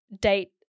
date